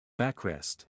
Backrest